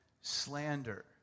slander